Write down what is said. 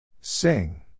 Sing